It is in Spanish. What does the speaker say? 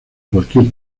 cualquier